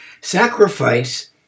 Sacrifice